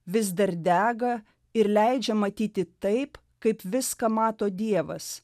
vis dar dega ir leidžia matyti taip kaip viską mato dievas